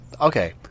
okay